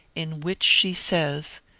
in which she says